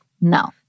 No